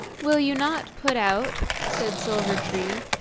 will you not put out, said silver-tree,